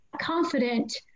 confident